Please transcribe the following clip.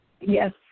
Yes